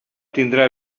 tindrà